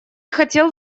хотел